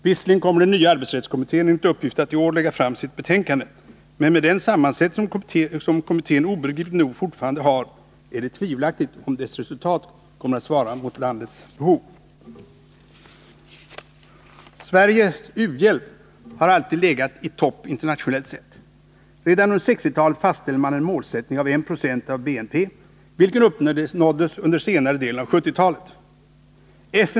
Visserligen kommer den nya arbetsrättskommittén enligt uppgift att i år lägga fram sitt betänkande, men med den sammansättning som kommittén obegripligt nog fortfarande har, är det tveksamt om dess resultat kommer att svara mot landets behov. Sveriges u-hjälp har alltid legat i topp internationellt sett. Redan under 1960-talet fastställdes en målsättning på 1926 av BNP, vilken uppnåddes under senare delen av 1970-talet.